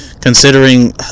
Considering